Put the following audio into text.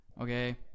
okay